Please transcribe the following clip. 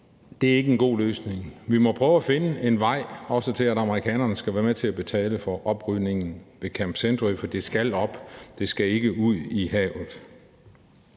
det nok, ikke får en god løsning. Vi må prøve at finde en vej til, at også amerikanerne skal være med til at betale for oprydningen ved Camp Century, for det skal op. Det skal ikke ud i havet.